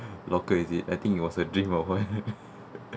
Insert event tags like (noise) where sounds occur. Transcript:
locker is it I think it was a dream or what (laughs)